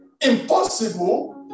impossible